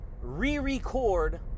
re-record